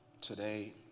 Today